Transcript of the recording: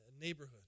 neighborhood